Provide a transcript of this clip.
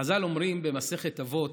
חז"ל אומרים במסכת אבות: